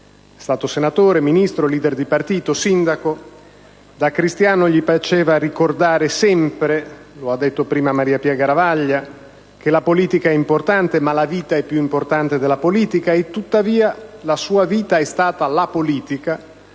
stato senatore, ministro, *leader* di partito e sindaco. Da cristiano gli piaceva ricordare sempre - come ha evidenziato poc'anzi la senatrice Mariapia Garavaglia - che la politica è importante, ma la vita è più importante della politica; tuttavia la sua vita è stata la politica